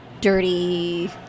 dirty